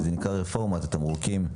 הקרויה "רפורמת התמרוקים",